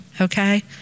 okay